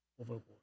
overboard